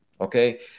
okay